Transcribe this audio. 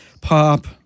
pop